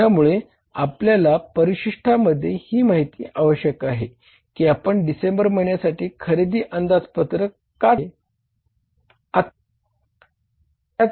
त्यामुळे आपल्याला परिशिष्टामध्ये ही माहिती आवश्यक आहे की आपण डिसेंबर महिन्यासाठी खरेदी अंदाजपत्रक का तयार केले